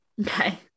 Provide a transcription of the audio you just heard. Okay